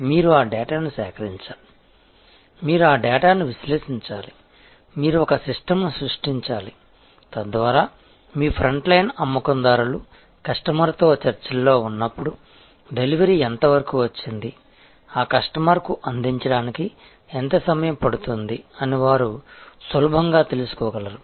మీరు ఆ డేటాను సేకరించాలి మీరు ఆ డేటాను విశ్లేషించాలి మీరు ఒక సిస్టమ్ను సృష్టించాలి తద్వారా మీ ఫ్రంట్ లైన్ అమ్మకందారులు కస్టమర్తో చర్చలో ఉన్నప్పుడు డెలివరీ ఎంత వరకు వచ్చింది ఆ కస్టమర్కు అందించడానికి ఎంత సమయం పడుతుంది అని వారు సులభంగా తెలుసుకోగలరు